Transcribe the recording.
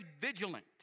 vigilant